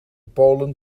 polen